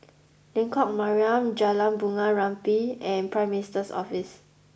Lengkok Mariam Jalan Bunga Rampai and Prime Minister's Office